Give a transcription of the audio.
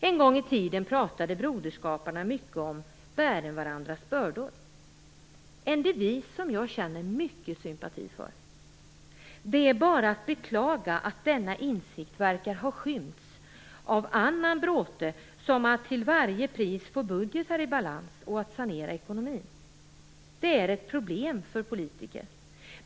En gång i tiden pratade Broderskaparna mycket om "bären varandras bördor", en devis som jag känner mycket sympati för. Det är bara att beklaga att denna insikt verkar ha skymts av annan bråte som att till varje pris få budgetar i balans och att sanera ekonomin. Det är ett problem för politiker.